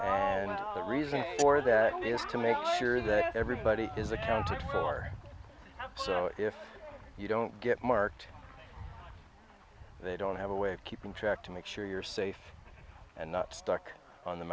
and the reason for that is to make sure that everybody is accounted for if you don't get marked they don't have a way of keeping track to make sure you're safe and not stuck on the